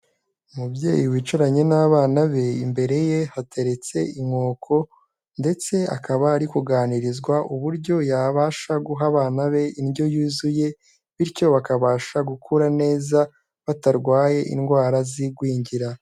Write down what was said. Umubyeyi wicaranye n'abana be, imbere ye hateretse inkoko ndetse akaba ari kuganirizwa uburyo yabasha guha abana be indyo yuzuye, bityo bakabasha gukura neza batarwaye indwara z'igwingira.